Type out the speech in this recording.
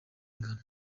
ingano